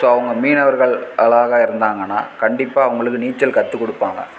so அவங்க மீனவர்கள் அதாக இருந்தாங்கன்னால் கண்டிப்பாக அவங்களுக்கு நீச்சல் கற்றுக் கொடுப்பாங்க